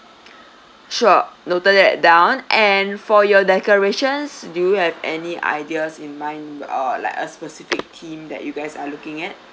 sure noted that down and for your decorations do you have any ideas in mind or like a specific theme that you guys are looking at